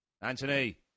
Anthony